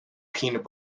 peanut